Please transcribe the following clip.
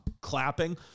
clapping